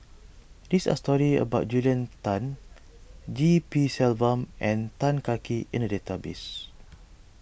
these are stories about Julia Tan G P Selvam and Tan Kah Kee in the database